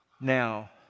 Now